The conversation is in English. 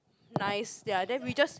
nice ya then we just